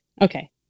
Okay